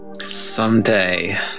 Someday